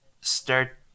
start